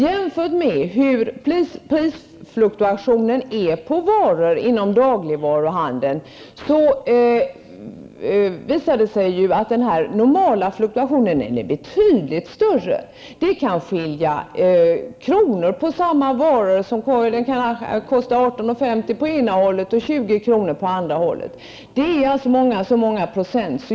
Jämfört med hur prisfluktuationen är på varorna inom dagligvaruhandeln är den normala fluktuationen betydligt större. En vara kan kosta 18,50 kr. i en butik och 20er. i en annan. Det är alltså inte så mycket.